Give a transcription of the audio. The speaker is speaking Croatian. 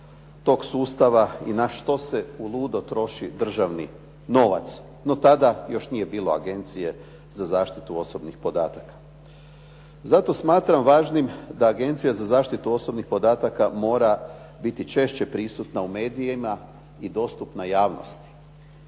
toga sustava i na što se uludo troši državni novac, no tada još nije bilo Agencije za zaštitu osobnih podataka. Zato smatram važnim da Agencija za zaštitu osobnih podataka mora biti češće prisutna u medijima i dostupna javnosti.